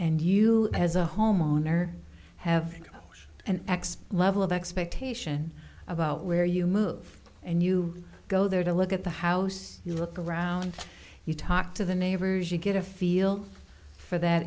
and you as a homeowner have an axe level of expectation about where you move and you go there to look at the house you look around you talk to the neighbors you get a feel for that